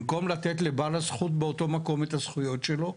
במקום לתת לבעל הזכות באותו מקום את הזכויות שלו?